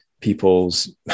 people's